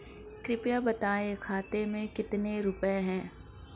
कृपया बताएं खाते में कितने रुपए हैं?